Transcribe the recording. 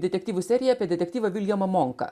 detektyvų serija apie detektyvą viljamą monką